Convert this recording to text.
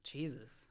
Jesus